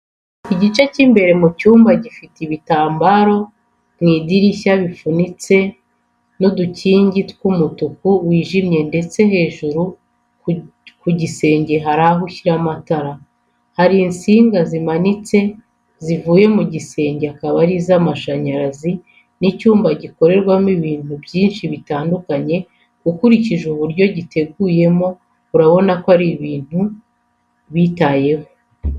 Igice cy’imbere mu cyumba gifite ibitambaro mu idirishya bifunitse n’udukingi tw’umutuku wijimye ndetse hejuru ku gisenge hari aho gushyira amatara. Hari insinga zimanitse zivuye mu gisenge akaba ari iz’amashanyarazi n'icyumba gikorerwamo ibintu byinshi bitandukanye ukurikije uburyo giteguyemo urabona ko ari ibintu bitayeho.